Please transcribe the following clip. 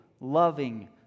loving